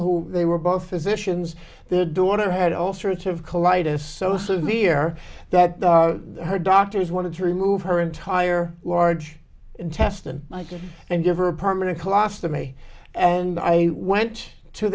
who they were both physicians the daughter had all sorts of collide as so severe that her doctors wanted to remove her entire large intestine and give her a permanent collage to me and i went to